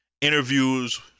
interviews